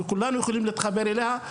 שכולנו יכולים להתחבר אליה,